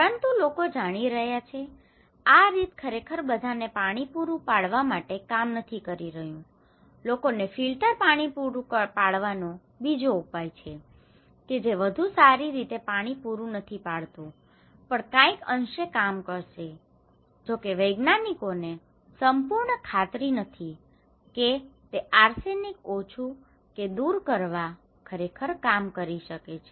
પરંતુ લોકો જાણી રહ્યા છે કે આ રીત ખરેખર બધાને પાણી પૂરું પાડવા માટે કામ નથી કરી રહ્યું લોકોને ફિલ્ટર પાણી પૂરું પાડવાનો બીજો ઉપાય છે જે વધુ સારી રીતે પાણી પૂરું નથી પાડતું પણ કાંઈક અંશે કામ કરશે જો કે વિજ્ઞાનિકોને સંપૂર્ણ ખાતરી નથી કે તે આર્સેનિકને ઓછું કે દૂર કરવાં ખરેખર કામ કરી શકે છે